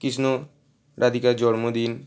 কৃষ্ণ রাধিকার জন্মদিন